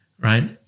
right